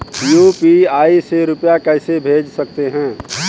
UPI से रुपया कैसे भेज सकते हैं?